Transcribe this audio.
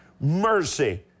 mercy